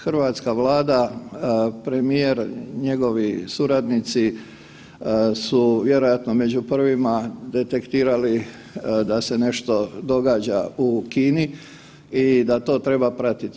Hrvatska Vlada, premijer, njegovi suradnici su vjerojatno među prvima detektirali da se nešto događa u Kini i da to treba pratiti.